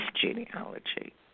genealogy